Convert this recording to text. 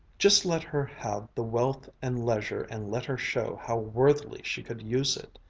just let her have the wealth and leisure and let her show how worthily she could use it!